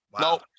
No